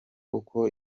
uko